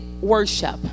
worship